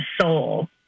soul